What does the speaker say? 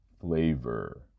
Flavor